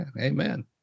Amen